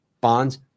bonds